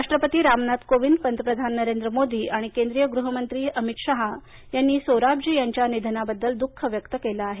राष्ट्रपती रामनाथ कोविंद पंतप्रधान नरेंद्र मोदी आणि केंद्रीय गृहमंत्री अमित शाह यांनी सोराबजी यांच्या निधनाबद्दल दुःख व्यक्त केलं आहे